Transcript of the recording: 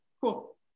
cool